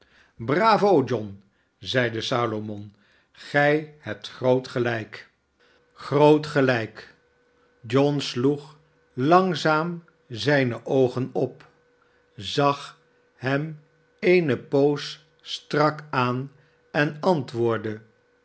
bravo john zeide salomon igij hebt groot gelijk barnaby rudge groot gelijk john sloeg langzaam zijne oogen op zag hem eene poos strak aan en antwoordde